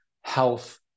health